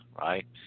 right